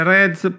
Reds